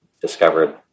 discovered